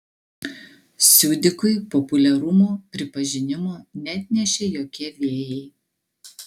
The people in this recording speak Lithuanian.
siudikui populiarumo pripažinimo neatnešė jokie vėjai